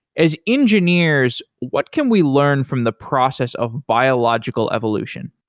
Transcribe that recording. as engineers, what can we learn from the process of biological evolution?